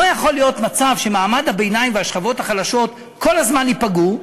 לא יכול להיות מצב שמעמד הביניים והשכבות החלשות כל הזמן ייפגעו,